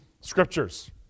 scriptures